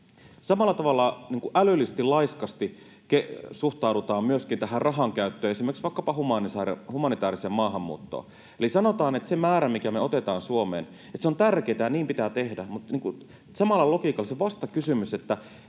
Samalla tavalla älyllisesti laiskasti suhtaudutaan myöskin rahan käyttöön esimerkiksi vaikkapa humanitääriseen maahanmuuttoon, eli sanotaan, että se määrä, mikä me otetaan Suomeen, on tärkeätä ja niin pitää tehdä, mutta samalla logiikalla se vastakysymys on, että